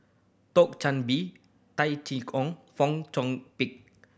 Chan Bee Tai Chye Kong Fong Chong Pik